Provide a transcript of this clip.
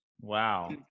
wow